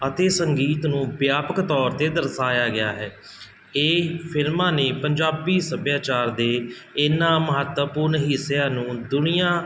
ਅਤੇ ਸੰਗੀਤ ਨੂੰ ਵਿਆਪਕ ਤੌਰ 'ਤੇ ਦਰਸਾਇਆ ਗਿਆ ਹੈ ਇਹ ਫਿਲਮਾਂ ਨੇ ਪੰਜਾਬੀ ਸੱਭਿਆਚਾਰ ਦੇ ਇਹਨਾਂ ਮਹੱਤਵਪੂਰਨ ਹਿੱਸਿਆਂ ਨੂੰ ਦੁਨੀਆ